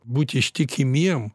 būti ištikimiem